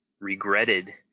regretted